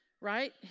right